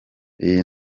iyi